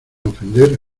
ofender